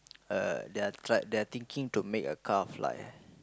uh they are tried they are thinking to make a car fly